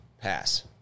pass